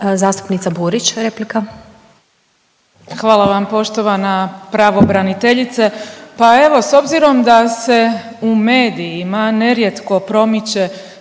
**Burić, Majda (HDZ)** Hvala vam. Poštovana pravobraniteljice pa evo s obzirom da se u medijima nerijetko promiče